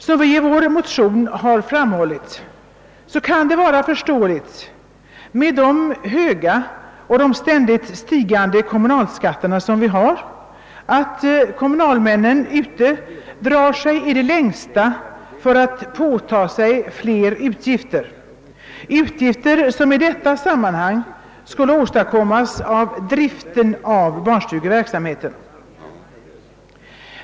Som vi i vår motion framhållit kan det med de höga och ständigt stigande kommunalskatterna vara förståeligt att kommunalmännen ute i landet i det längsta drar sig för att påta sig flera utgifter, vilka i detta sammanhang skulle förorsakas av driften av barnstugeverksamheten.